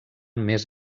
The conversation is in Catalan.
més